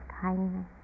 kindness